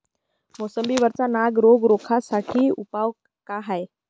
मोसंबी वरचा नाग रोग रोखा साठी उपाव का हाये?